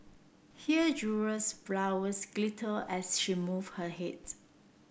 here jewels flowers glittered as she moved her heads